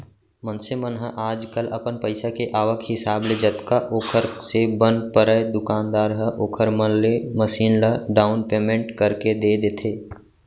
मनसे मन ह आजकल अपन पइसा के आवक हिसाब ले जतका ओखर से बन परय दुकानदार ह ओखर मन ले मसीन ल डाउन पैमेंट करके दे देथे